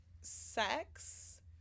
sex